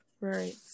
right